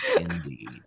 indeed